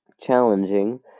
challenging